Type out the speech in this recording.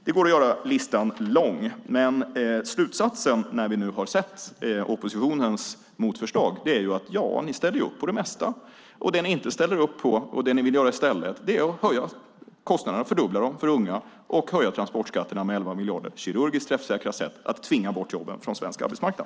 Det går att göra listan lång, men slutsatsen när vi har sett oppositionens motförslag är att man ställer upp på det mesta. Där man inte ställer upp vill man i stället fördubbla kostnaderna för unga och höja transportskatterna med 11 miljarder. Det är kirurgiskt träffsäkra sätt att tvinga bort jobben från svensk arbetsmarknad.